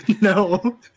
No